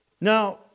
Now